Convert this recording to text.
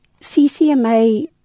CCMA